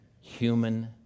human